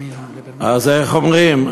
איך אומרים,